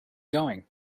going